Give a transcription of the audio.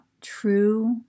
true